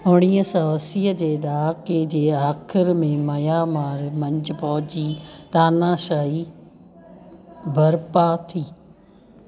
उणिवीह सौ असीअ जे ॾहाके जे आख़िर में मयामार मंझि फौजी तानाशाही भरपा थी